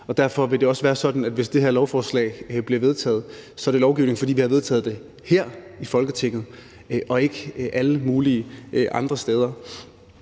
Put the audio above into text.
Derfor vil det også være sådan, at hvis det her lovforslag bliver vedtaget, er det lovgivning, fordi vi har vedtaget det her i Folketinget og ikke alle mulige andre steder.